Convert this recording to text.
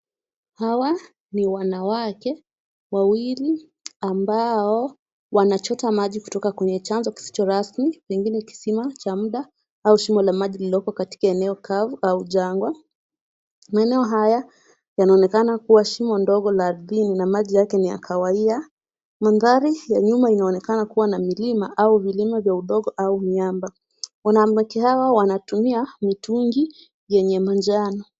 Hawa ni wanawake ambao wawili ambao wanachota maji kutoka kwenye chanzo kisicho rasmi pengine kisima cha muda au shimo la maji iliyoko katika eneo kavu au jangwa. Maeneo haya yanaonekana kuwa shimo ndogo la dini na maji yake ni kahawia . Mandhari ya nyuma yanaonekana kuwa na milima au milima vya udogo au miamba. Wanawake hawa wanatumia mitungi yenye rangi ya manjano.